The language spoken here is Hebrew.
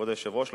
כבוד היושב-ראש,